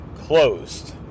closed